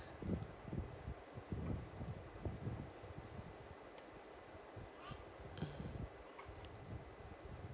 mm